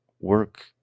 Work